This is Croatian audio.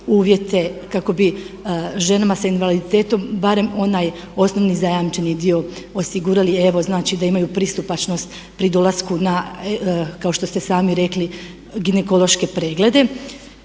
uvjete kako bi ženama s invaliditetom barem onaj osnovni zajamčeni dio osigurali, evo znači da imaju pristupačnost pri dolasku na kao što ste sami rekli ginekološke preglede.